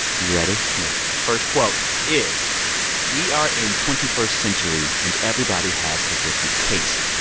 you ready? yeah first quote is we are in twenty first century, and everybody has a different taste.